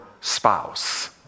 spouse